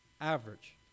average